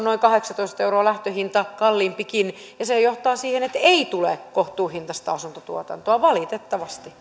noin kahdeksantoista euroa lähtöhinta kalliimpikin ja se johtaa siihen että ei tule kohtuuhintaista asuntotuotantoa valitettavasti